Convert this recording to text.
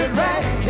right